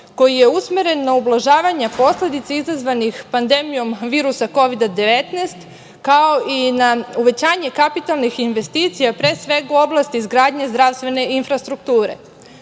koji je usmeren na ublažavanje posledica izazvanih pandemijom virusa Kovida 19, kao i na uvećanje kapitalnih investicija pre svega u oblasti izgradnje zdravstvene infrastrukture. Vlada